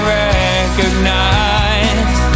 recognize